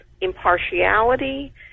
impartiality